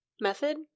Method